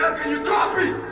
you copy?